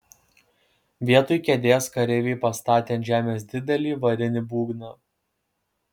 vietoj kėdės kareiviai pastatė ant žemės didelį varinį būgną